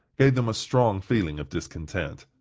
gave them a strong feeling of discontent.